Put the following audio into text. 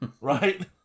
Right